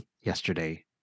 yesterday